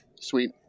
sweet